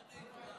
פטין, תודה.